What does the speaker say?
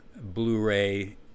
blu-ray